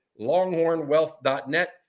longhornwealth.net